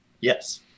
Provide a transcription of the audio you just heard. Yes